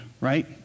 right